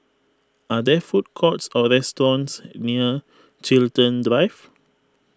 are there food courts or restaurants near Chiltern Drive